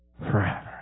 forever